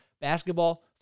Basketball